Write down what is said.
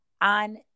On